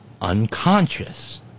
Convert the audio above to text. unconscious